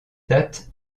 date